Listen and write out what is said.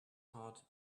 heart